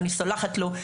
אני סולחת לו,